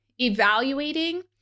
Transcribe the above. evaluating